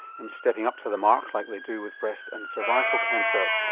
and stepping up to the mark like they do with breast and cervical cancer.